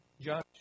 judge